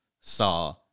saw